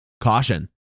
Caution